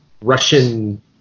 Russian